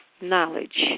knowledge